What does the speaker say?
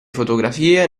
fotografie